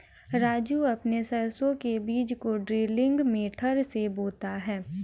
राजू अपने सरसों के बीज को ड्रिलिंग मेथड से बोता है